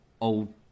old